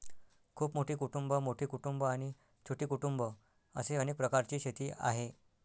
खूप मोठी कुटुंबं, मोठी कुटुंबं आणि छोटी कुटुंबं असे अनेक प्रकारची शेती आहे